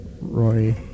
Roy